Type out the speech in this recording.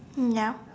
mm ya